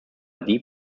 deep